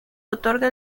otorga